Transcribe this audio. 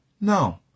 No